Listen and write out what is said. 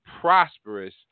prosperous